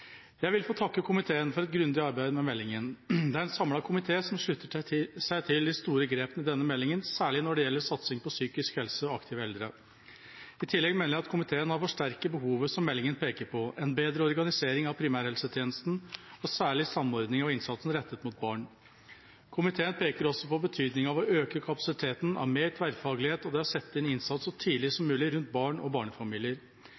Jeg vil få takke komiteen for et grundig arbeid med meldingen. Det er en samlet komité som slutter seg til de store grepene i denne meldingen, særlig når det gjelder satsing på psykisk helse og aktive eldre. I tillegg mener jeg at komiteen har forsterket behovet som meldingen peker på når det gjelder en bedre organisering av primærhelsetjenesten og særlig samordning av innsatsen rettet mot barn. Komiteen peker også på betydningen av å øke kapasiteten av mer tverrfaglighet og å sette inn innsats så tidlig som mulig rundt barn og barnefamilier.